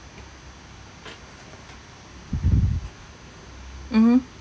mmhmm